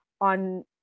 on